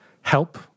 help